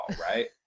right